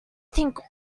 think